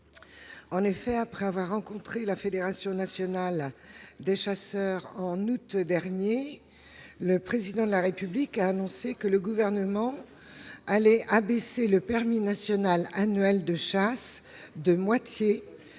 En effet, après avoir rencontré la Fédération nationale des chasseurs en août dernier, le Président de la République a annoncé que le Gouvernement allait diminuer de moitié le prix du permis national annuel de chasse, celui-ci